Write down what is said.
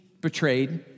betrayed